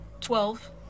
Twelve